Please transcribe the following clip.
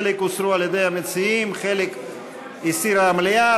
חלק הוסרו על-ידי המציעים, חלק הסירה המליאה.